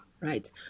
right